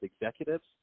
executives